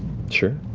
sure.